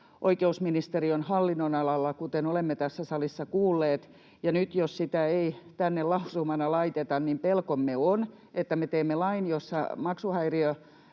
oikeusministeriön hallinnonalalla, kuten olemme tässä salissa kuulleet, ja nyt jos sitä ei tänne lausumana laiteta, niin pelkomme on, että me teimme lain, jossa maksuhäiriömerkinnät